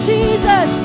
Jesus